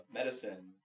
medicine